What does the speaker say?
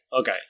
okay